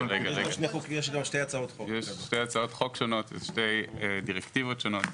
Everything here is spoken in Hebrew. יש שתי הצעות חוק שונות, שתי דירקטיבות שונות.